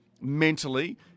mentally